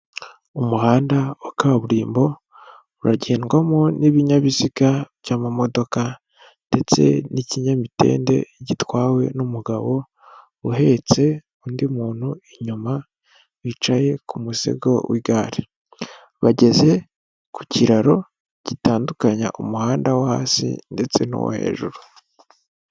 Umuhanda wa kaburimbo uragendwamo n'ibinyabiziga by'amamodoka ndetse n'ikinyamitende, gitwawe n'umugabo uhetse undi muntu inyuma, bicaye ku musego w'igare, bageze ku kiraro gitandukanya umuhanda wo hasi ndetse n'uwo hejuru.